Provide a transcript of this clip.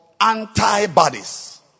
antibodies